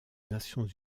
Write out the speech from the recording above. nations